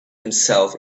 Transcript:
himself